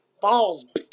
Balls